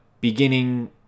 beginning